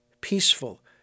Peaceful